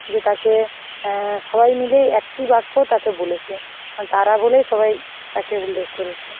যে তাকে সবাই মিলে একটি বাক্য তাকে বলেছে মানে তারা বলেই সবাই তাকে উল্লেখ করেছে